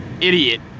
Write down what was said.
idiot